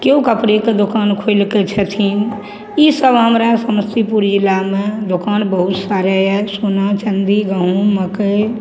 केओ कपड़ेके दोकान खोलिकऽ छथिन ईसब हमरा समस्तीपुर जिलामे दोकान बहुत सारे अइ सोना चाँदी गहूम मकइ